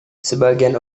sebagian